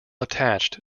attached